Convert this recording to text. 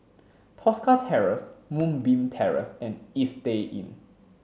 Tosca Terrace Moonbeam Terrace and Istay Inn